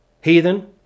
heathen